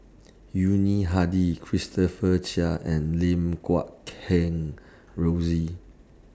Yuni Hadi Christopher Chia and Lim Guat Kheng Rosie